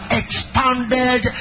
expanded